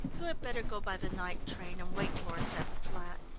you had better go by the night train and wait for us at the flat.